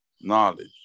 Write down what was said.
knowledge